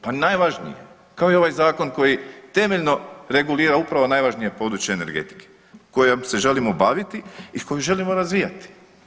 Pa najvažnije kao i ovaj zakon koji temeljno regulira upravo najvažnije područje energetike kojom se želimo baviti i koju želimo razvijati.